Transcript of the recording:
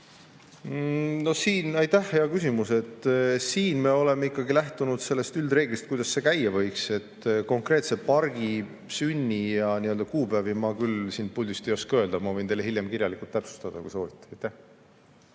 soovite. Aitäh hea küsimuse eest! Siin me oleme ikkagi lähtunud sellest üldreeglist, kuidas see käia võiks. Konkreetse pargi sünnikuupäevi ma siit puldist ei oska öelda, aga võin teile hiljem kirjalikult täpsustada, kui soovite.